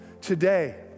today